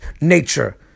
nature